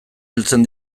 heltzen